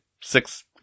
six